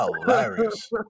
hilarious